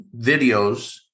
videos